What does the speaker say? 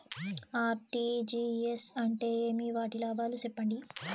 RTGS అంటే ఏమి? వాటి లాభాలు సెప్పండి?